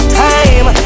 time